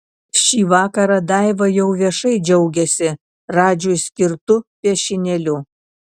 šį vakarą daiva jau viešai džiaugiasi radžiui skirtu piešinėliu